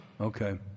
Okay